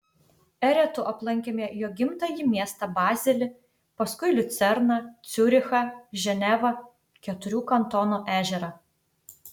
eretu aplankėme jo gimtąjį miestą bazelį paskui liucerną ciurichą ženevą keturių kantonų ežerą